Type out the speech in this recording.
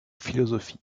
philosophie